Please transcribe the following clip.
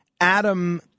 Adam